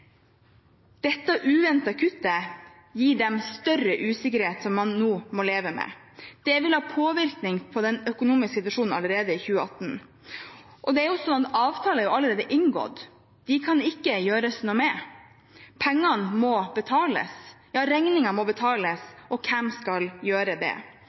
Dette uventede kuttet gir dem større usikkerhet, som man nå må leve med. Det vil ha påvirkning på den økonomiske situasjonen allerede i 2018. Avtaler er allerede inngått, det kan det ikke gjøres noe med. Regningen må betales. Hvem skal gjøre det?